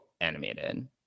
animated